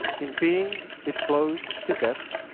in being, it flows to depths.